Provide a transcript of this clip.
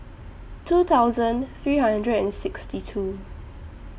two thousand three hundred and sixty two